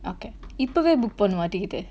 okay இப்பவே:ippavae book பண்ணுவோம்:pannuvom ticket